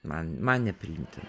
man man nepriimtina